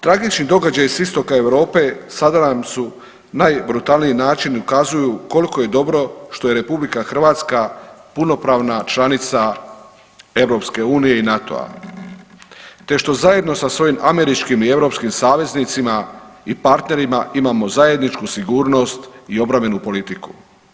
Tragični događaji s istoka Europa sada nam su najbrutalniji način ukazuju koliko je dobro što je RH punopravna članica EU i NATO-a, te što zajedno sa svojim američkim i europskim saveznicima i partnerima imamo zajedničku sigurnost i obrambenu politiku.